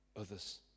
others